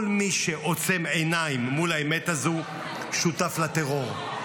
כל מי שעוצם עיניים מול האמת הזו, שותף לטרור.